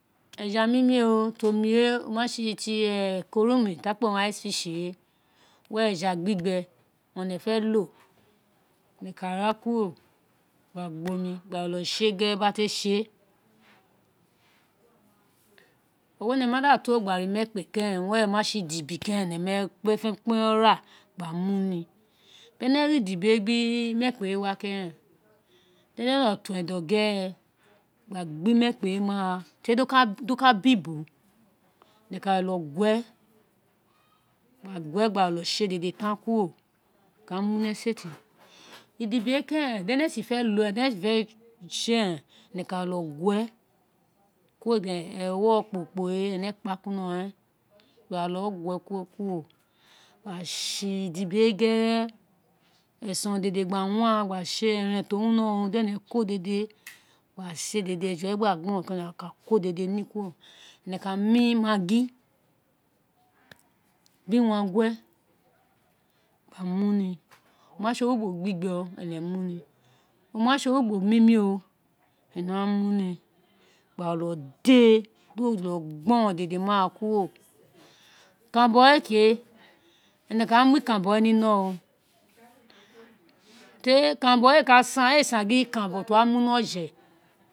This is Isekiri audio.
Eja nu mi ti omi we, ee se ti coo room ti a kpe wun iced fish, were eja gbigbe owun ene fe lo, wo ka ra kuro, wo ka gba omi gba jolo se gere gba te se oghone mada to gba ra imekpe were oma se idibi keren one nemi ra gba gbe ni, ene, mu idibi bi imekpe keren, di o jolo tu edon gere gba gbi imekpe ni ara tori di o jolo tu edon gere gba jolo se dede kuro ene ka mu ni esete idibi we keren di ene si fe lo we ene ka jolo gue kuro then ewo ro kporo kporo we ene gba kuri ino ren, gba jolo gue kuro, gba se idibi we gere esen ro dede gba wa gba sere oronron ti o wino di ene ko dede gba se dede oje we gba gboron ene ka ko dede ni kuro ene ka mu maggi ni biri uwa gue, ka mu ni, o ma de se orugbo gbigbe aka da mu ni, o ma se orugbo mimi ene wa muni gba jolo de di o jolo gboron ni ara kuro ikanranbo we kee ene, kaa mu ikan rabo we ni ino teri ikan ranbo ee ka san, ee san gin di ikan rabo ka kpeni oje.